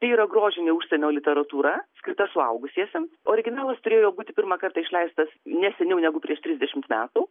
tai yra grožinė užsienio literatūra skirta suaugusiesiems originalas turėjo būti pirmą kartą išleistas ne seniau negu prieš trisdešimt metų